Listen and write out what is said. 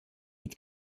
mit